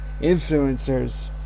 influencers